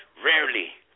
Rarely